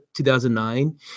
2009